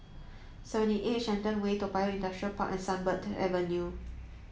seventy eight Shenton Way Toa Payoh Industrial Park and Sunbird Avenue